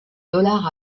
dollar